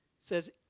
says